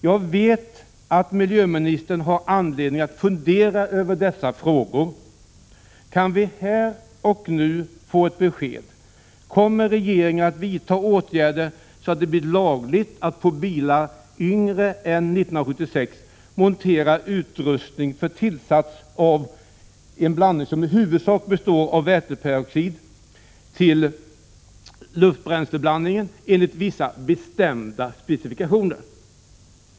Jag vet att miljöministern har anledning att fundera över dessa frågor. Kan vi här och nu få ett besked: Kommer regeringen att vidta åtgärder så att det blir lagligt att på bilar tillverkade efter 1976 montera utrustning för tillsats av en blandning som i huvudsak består av väteperoxid till luftoch bränsleblandningen enligt vissa bestämda specifikationer?